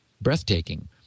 breathtaking